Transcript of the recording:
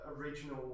original